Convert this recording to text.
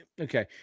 okay